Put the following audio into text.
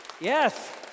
yes